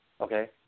Okay